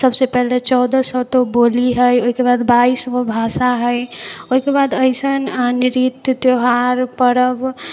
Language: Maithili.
सबसे पहले चौदह सए तऽ बोली हइ ओहिके बाद बाइस गो भाषा हइ ओहिके बाद ऐसन रीति त्यौहार पर्व